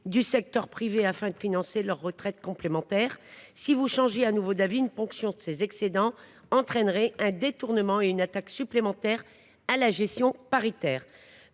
du secteur privé afin de financer leur retraite complémentaire. Si vous changiez de nouveau d’avis, monsieur le ministre, une ponction de ces excédents constituerait un détournement et une attaque supplémentaires de la gestion paritaire.